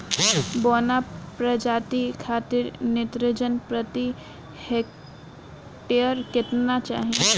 बौना प्रजाति खातिर नेत्रजन प्रति हेक्टेयर केतना चाही?